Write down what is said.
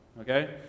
Okay